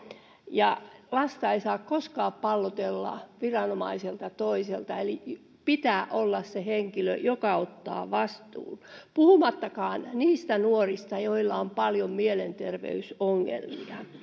ja lasta ei saa koskaan pallotella viranomaiselta toiselle eli pitää olla se henkilö joka ottaa vastuun puhumattakaan niistä nuorista joilla on paljon mielenterveysongelmia